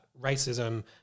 racism